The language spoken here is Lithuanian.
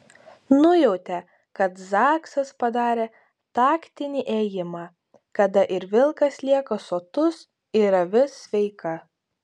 nujautė kad zaksas padarė taktinį ėjimą kada ir vilkas lieka sotus ir avis sveika